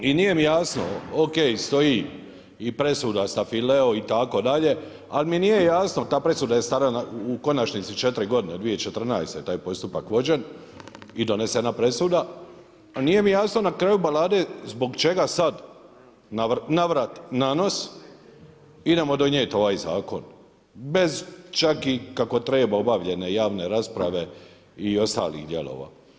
I nije mi jasno ok stoji presuda STatileo itd. ali mi nije jasno ta presuda je stara u konačnici četiri godine, 2014. je taj postupak vođen i donesena presuda, no nije mi jasno na kraju balade zbog čega sada na vrat, na nos idemo donijet ovaj zakon, bez čak i kako treba obavljane javne rasprave i ostalih dijelova.